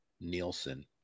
Nielsen